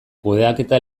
kudeaketa